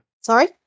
Sorry